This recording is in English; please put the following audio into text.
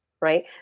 right